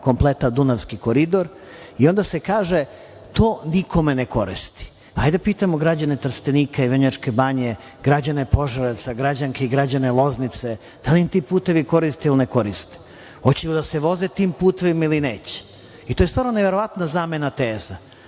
kompletan Dunavski koridor i onda se kaže to nikome ne koristi. Hajde da pitamo građane Trstenika i Vrnjačke Banje, građane Požarevca, građanke i građane Loznice, da li im ti putevi koriste ili ne koriste? Hoće li da se voze tim putevima ili neće? To je stvarno neverovatna zamena teza.